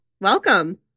welcome